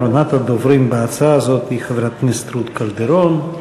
אחרונת הדוברים בהצעה הזאת היא חברת הכנסת רות קלדרון.